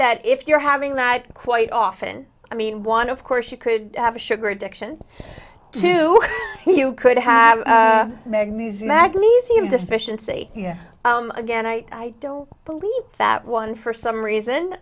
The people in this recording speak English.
that if you're having that quite often i mean one of course you could have a sugar addiction too you could have magnesium magnesium deficiency yeah again i don't believe that one for some reason